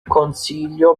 consiglio